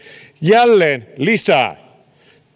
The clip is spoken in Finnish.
jälleen